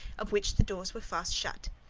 of which the doors were fast shut.